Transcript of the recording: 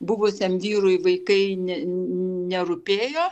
buvusiam vyrui vaikai ne nerūpėjo